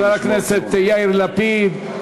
חבר הכנסת יאיר לפיד.